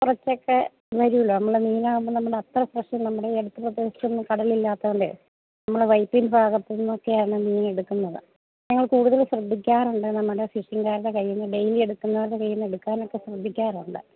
കൊറച്ചൊക്കെയേ വരികയുള്ളൂ നമ്മുടെ മീനാവുമ്പോൾ നമ്മളത്ര ഫ്രെഷ് നമ്മുടെ അടുത്തൊന്നും കടലില്ലാത്തതുകൊണ്ടേ നമ്മുടെ വൈപ്പിൻ ഭാഗത്തുനിന്നൊക്കെയാണ് മീനെടുക്കുന്നത് ഞങ്ങൾ കൂടുതൽ ശ്രദ്ധിക്കാറുണ്ട് നമ്മുടെ ഫിഷിങ്ങുകാരുടെ കയ്യില്നിന്ന് ഡെയിലി എടുക്കുന്നവരുടെ കയ്യില്നിന്ന് എടുക്കാനൊക്കെ ശ്രദ്ധിക്കാറുണ്ട്